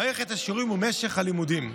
מערכת השיעורים ומשך הלימודים.